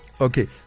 Okay